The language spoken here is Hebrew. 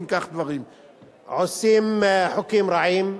עושים חוקים רעים.